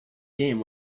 game